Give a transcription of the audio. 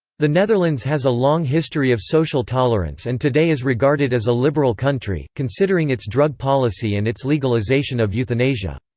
the netherlands has a long history of social tolerance and today is regarded as a liberal country, considering its drug policy and its legalisation of euthanasia.